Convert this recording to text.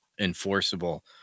enforceable